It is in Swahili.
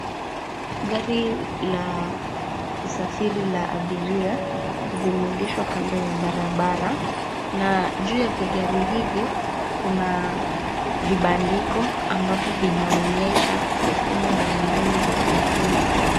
Gari la usafiri la abiria, limeegeshwa kando ya barabara na juu ya vigari hivi kuna vibandiko ambavyo vinaonyesha sehemu mbali mbali za usafiri.